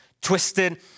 twisted